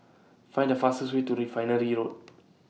Find The fastest Way to Refinery Road